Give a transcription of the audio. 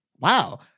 wow